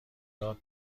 داد